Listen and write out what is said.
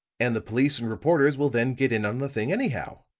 and the police and reporters will then get in on the thing anyhow.